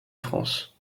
france